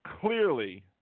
clearly